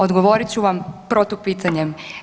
Odgovorit ću vam protupitanjem.